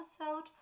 episode